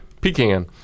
pecan